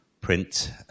print